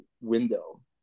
window